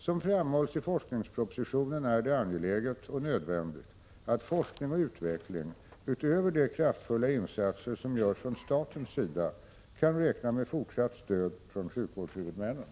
Som framhålls i forskningspropositionen är det angeläget och nödvändigt att forskning och utveckling, utöver de kraftfulla insatser som görs från statens sida, kan räkna med fortsatt stöd från sjukvårdshuvudmännen.